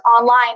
online